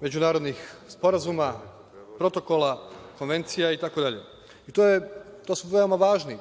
međunarodnih sporazuma, protokola, konvencija itd, i to su veoma važni